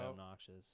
obnoxious